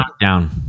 down